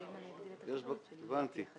הבנתי.